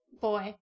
boy